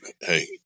hey